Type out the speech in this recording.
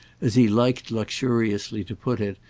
as he liked luxuriously to put it,